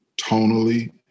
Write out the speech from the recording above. tonally